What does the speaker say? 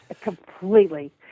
Completely